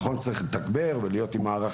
ונכון שצריך לתגבר ולהיות עם מערך